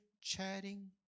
chatting